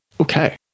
Okay